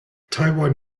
taiwan